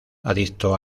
adicto